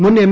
മുൻ എം